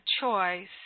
choice